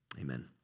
amen